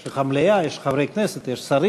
יש לך מליאה, יש חברי כנסת, יש שרים.